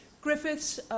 Griffiths